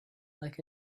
like